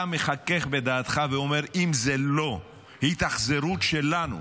אתה חוכך בדעתך, ואומר: אם זאת לא התאכזרות שלנו